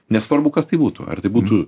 nesvarbu kas tai būtų ar tai būtų